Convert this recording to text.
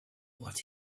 what